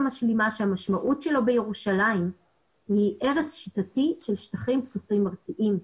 משלימה שהמשמעות שלו בירושלים היא הרס שיטתי של שטחים פתוחים ארציים.